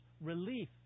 relief